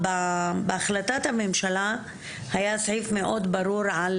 בהחלטת הממשלה היה סעיף מאוד ברור על